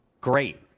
Great